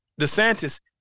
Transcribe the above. DeSantis